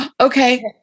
Okay